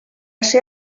ser